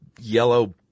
yellow